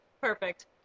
Perfect